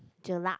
jelak